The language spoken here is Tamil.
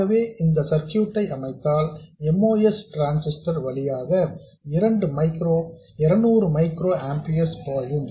ஆகவே இந்த சர்க்யூட்ஐ அமைத்தால் MOS டிரான்ஸிஸ்டர் வழியாக 200 மைக்ரோ ஆம்பியர்ஸ் பாயும்